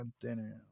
dinner